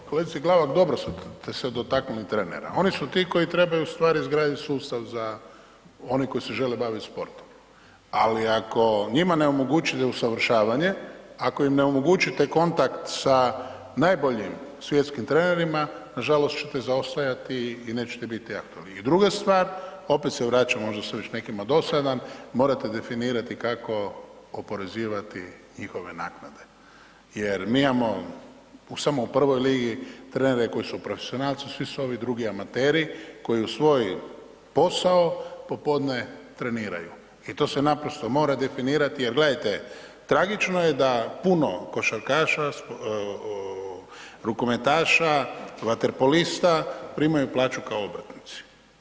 Kolegice Glavak, dobro ste se dotaknuli trenera, oni su ti koji trebaju ustvari izgraditi sustav za one koji se žele baviti sportom ali ako njima ne omogućite usavršavanje, ako im ne omogućite kontakt sa najboljim svjetskim trenerima, nažalost ćete zaostajati i neće biti ... I druga stvar, opet se vraćam, možda sam već nekima dosadan, morate definirati kako oporezivati njihove naknade jer mi imamo samo u 1. ligi trenere koji su profesionalci, svi su ovi drugi amateri koji u svoj posao, popodne treniraju i to se naprosto mora definirati jer gledajte, tragično je da puno košarkaša, rukometaša, vaterpolista primaju plaću kao obrtnici.